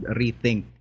rethink